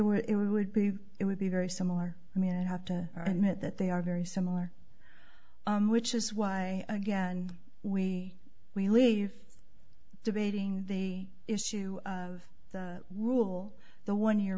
were it would be it would be very similar i mean i'd have to admit that they are very similar which is why again we we leave debating the issue of the rule the one year